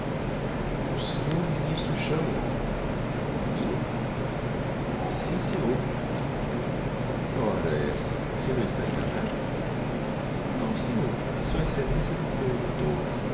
o senhor ministro chama-o a mim sim senhor ora essa você não está enganado não senhor sua excelência me perguntou